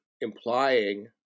implying